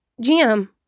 Jim